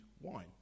wine